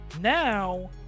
now